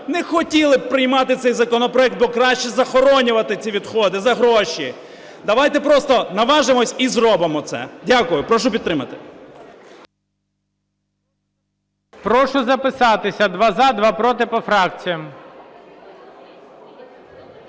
не хотіли би приймати цей законопроект, бо краще захоронювати ці відходи за гроші. Давайте просто наважимося і зробимо це. Дякую. Прошу підтримати.